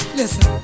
listen